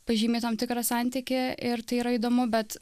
pažymi tam tikrą santykį ir tai yra įdomu bet